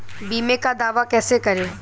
बीमे का दावा कैसे करें?